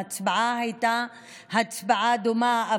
ההצבעה הייתה הצבעה דומה,